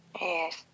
Yes